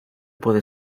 puede